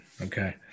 Okay